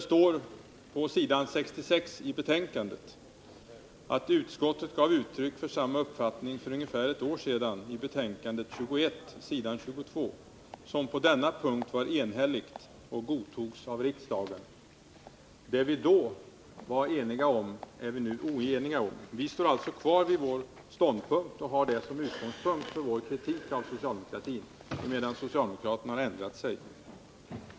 På s. 66 i betänkandet står det: ”Utskottet gav uttryck för samma uppfattning för ungefär ett år sedan i betänkandet AU 1978/79:21 s. 22, som på denna punkt var enhälligt och godtogs av riksdagen.” Det vi då var eniga om är vi nu oeniga om. Vi står emellertid kvar vid vår - ståndpunkt och har den som utgångspunkt för vår kritik av socialdemokratin, medan socialdemokraterna har ändrat sig.